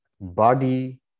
body